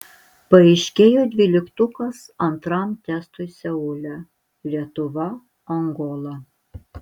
paaiškėjo dvyliktukas antram testui seule lietuva angola